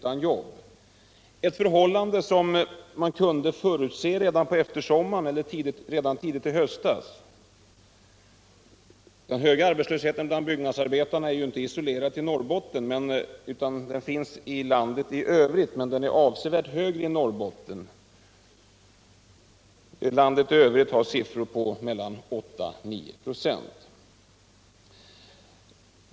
Jag tackar statsrådet Ahlmark för svaret på den fråga som Eivor Marklund ställt men som hon på grund av sammanträde i jämställdhetskommittén är förhindrad att mottaga. Hennes fråga är ställd mot bakgrund av det faktum att byggnadsarbetarna i Norrbotten I. n. upplever en rekordarbetslöshet, där i runt tal var fjärde byggnadsarbetare går utan jobb. Detta förhållande kunde man förutse redan på eftersommaren eller tidigt i höstas. Den höga arbetslösheten bland byggnadsarbetarna är inte isolerad till Norrland, utan finns i landet i övrigt, men den ir avsevärt högre i Norrbotten. Landet i övrigt har siffror på 8-9 ö.